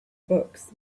books